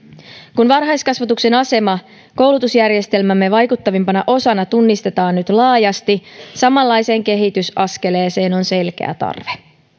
kun varhaiskasvatuksen asema koulutusjärjestelmämme vaikuttavimpana osana tunnistetaan nyt laajasti samanlaiseen kehitysaskeleeseen on selkeä tarve